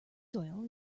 soil